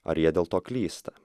ar jie dėl to klysta